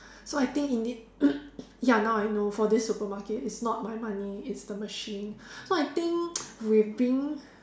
so I think in this now I know for this supermarket it's not my money it's the machine so I think with being